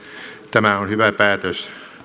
tämä on hyvä päätös